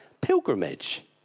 pilgrimage